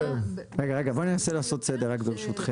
בואו ננסה לעשות סדר, ברשותכם.